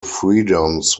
freedoms